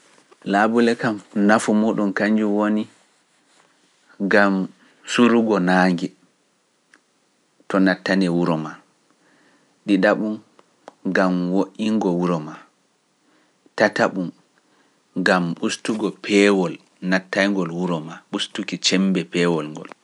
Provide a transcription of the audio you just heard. Laabule kam nafo muɗum kañum woni, gam surugo naange to nattani wuro maa, ɗiɗaɓum gam woɗɗingo wuro maa, tataɓum gam ustugo peewol nattayngol wuro maa ustuki cembe peewol ngol.